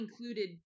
included